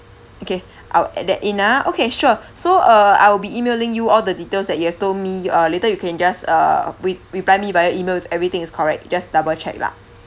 okay I will add that in ah okay sure so uh I will be emailing you all the details that you have told me uh later you can just err re~ reply me via email if everything is correct just double check lah